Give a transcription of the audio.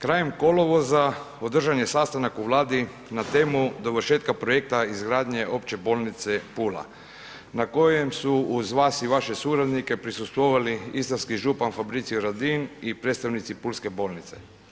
Krajem kolovoza održan je sastanak u Vladi na temu dovršetka projekta izgradnje opće bolnice Pula na kojem su uz vaš i vaše suradnike prisustvovali istarski župan Fabrizio Radin i predstavnici pulske bolnice.